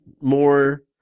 more